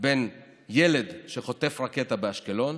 בן ילד שחוטף רקטה באשקלון